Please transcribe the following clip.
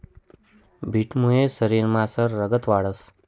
बीटमुये शरीरमझार रगत वाढंस